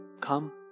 come